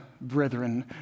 brethren